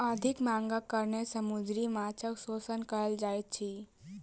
अधिक मांगक कारणेँ समुद्री माँछक शोषण कयल जाइत अछि